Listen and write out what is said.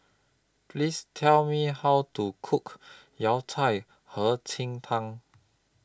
Please Tell Me How to Cook Yao Cai Hei Qing Tang